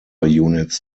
units